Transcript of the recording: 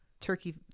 turkey